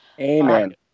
Amen